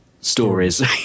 stories